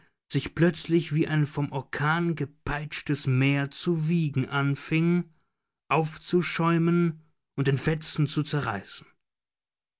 sich plötzlich wie ein vom orkan gepeitschtes meer zu wiegen anfing aufzuschäumen und in fetzen zu zerreißen